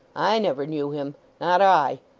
i never knew him not i.